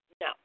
No